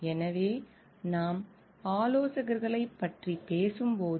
எனவே நாம் ஆலோசகர்களைப் பற்றி பேசும்போது